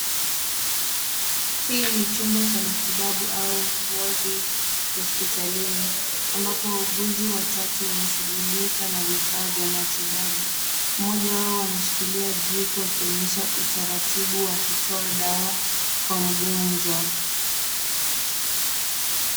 Hii ni chumba cha matibabu au wodi hospitalini ambapo wauguzi watatu wanashughulika na vifaa vya matibabu. Mmoja wao anashikilia drip akionyesha utaratibu wa kutoa dawa Kwa mgonjwa.